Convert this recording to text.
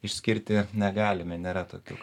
išskirti negalime nėra tokių